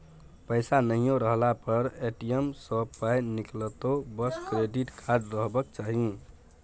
पैसा नहियो रहला पर ए.टी.एम सँ पाय निकलतौ बस क्रेडिट कार्ड रहबाक चाही